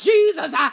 Jesus